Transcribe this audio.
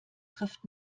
trifft